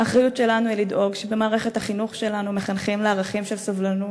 האחריות שלנו היא לדאוג שבמערכת החינוך שלנו מחנכים לערכים של סובלנות,